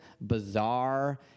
bizarre